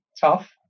tough